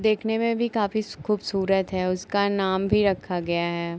देखने में भी काफ़ी खूबसूरत है उसका नाम भी रखा गया है